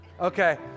Okay